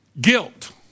Guilt